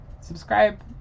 Subscribe